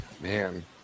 Man